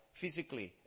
physically